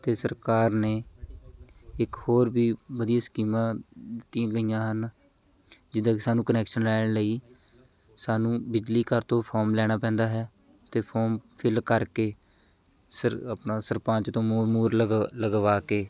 ਅਤੇ ਸਰਕਾਰ ਨੇ ਇੱਕ ਹੋਰ ਵੀ ਵਧੀਆ ਸਕੀਮਾਂ ਦਿੱਤੀਆਂ ਗਈਆਂ ਹਨ ਜਿੱਦਾਂ ਕਿ ਸਾਨੂੰ ਕਨੈਕਸ਼ਨ ਲੈਣ ਲਈ ਸਾਨੂੰ ਬਿਜਲੀ ਘਰ ਤੋਂ ਫੋਮ ਲੈਣਾ ਪੈਂਦਾ ਹੈ ਅਤੇ ਫੋਮ ਫਿਲ ਕਰਕੇ ਸਰ ਆਪਣਾ ਸਰਪੰਚ ਤੋਂ ਮੋਹਰ ਮੂਹਰ ਲਗ ਲਗਵਾ ਕੇ